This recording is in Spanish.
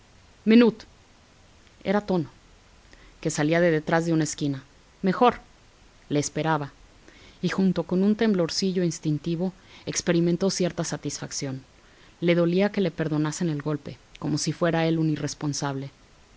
menut era tono que salía de detrás de una esquina mejor le esperaba y junto con un temblorcillo instintivo experimentó cierta satisfacción le dolía que le perdonasen el golpe como si fuera él un irresponsable